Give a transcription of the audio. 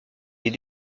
est